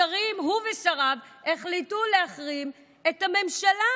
הוא ושריו החליטו להחרים את הממשלה,